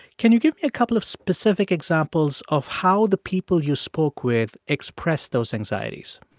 can you give me a couple of specific examples of how the people you spoke with expressed those anxieties?